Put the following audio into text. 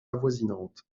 avoisinantes